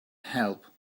help